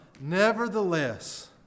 Nevertheless